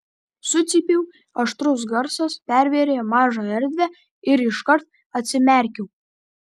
sucypiau aštrus garsas pervėrė mažą erdvę ir iškart atsimerkiau